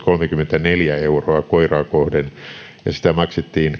kolmekymmentäneljä euroa koiraa kohden ja sitä maksettiin